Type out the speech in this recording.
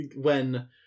when-